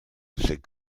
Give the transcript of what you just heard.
c’est